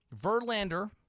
Verlander